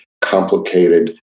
complicated